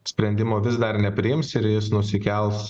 sprendimo vis dar nepriims ir jis nusikels